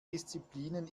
disziplinen